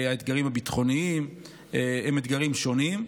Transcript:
האתגרים הביטחוניים הם אתגרים שונים,